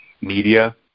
media